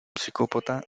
psicópata